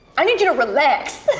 i need you to relax.